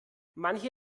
manche